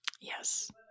Yes